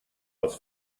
als